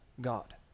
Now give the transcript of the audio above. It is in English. God